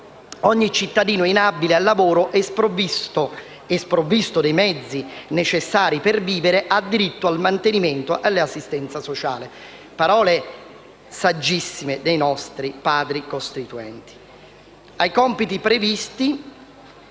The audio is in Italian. «Ogni cittadino inabile al lavoro e sprovvisto dei mezzi necessari per vivere ha diritto al mantenimento e all'assistenza sociale». Parole saggissime dei nostri Padri costituenti. Prosegue